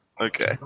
Okay